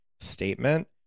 statement